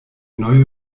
neue